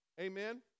Amen